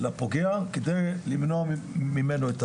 לפוגע, כדי למנוע ממנו.